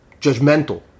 judgmental